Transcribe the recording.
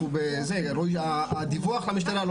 הדיווח למשטרה,